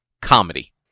Comedy